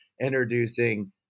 introducing